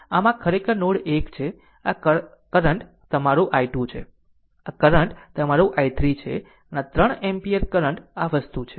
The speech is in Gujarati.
આમ આ ખરેખર નોડ 1 છે આ કરંટ તમારું i2 છે આ કરંટ તમારું i3 છે અને આ 3 એમ્પીયર કરંટ આ વસ્તુ છે